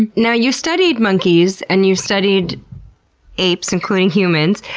and now, you've studied monkeys and you've studied apes, including humans.